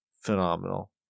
phenomenal